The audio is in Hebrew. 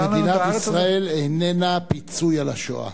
מדינת ישראל איננה פיצוי על השואה,